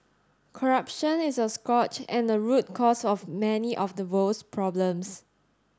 corruption is a scourge and a root cause of many of the world's problems